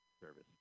service